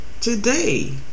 Today